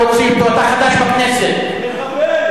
מחבל,